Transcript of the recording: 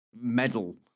medal